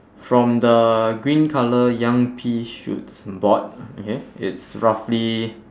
from the green colour young pea shoots board okay it's roughly